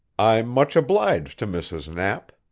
i'm much obliged to mrs. knapp,